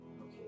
Okay